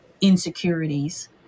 insecurities